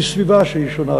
לסביבה שהיא שונה,